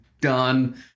done